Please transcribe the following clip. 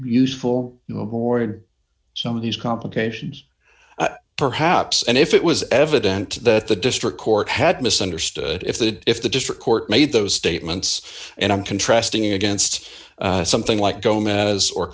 l some of these complications perhaps and if it was evident that the district court had misunderstood if the if the district court made those statements and i'm contrasting against something like gomes or